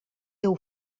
teu